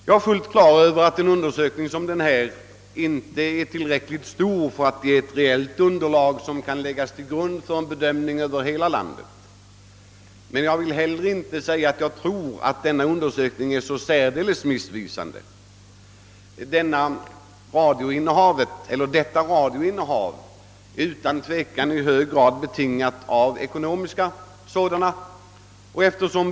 Jag är fullt på det klara med att en undersökning som denna inte är tillräckligt stor för att läggas till grund för en bedömning av situationen i hela landet, men jag tror inte att undersökningen är särdeles missvisande. Innehavet av en modern radioapparat är utan tvivel i hög grad betingat av ekonomiska faktorer.